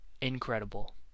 incredible